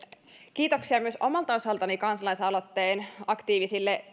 kiitoksia myös omalta osaltani kansalaisaloitteen aktiivisille